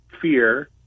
fear